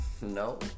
No